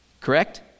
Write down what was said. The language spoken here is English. correct